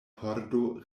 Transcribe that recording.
pordo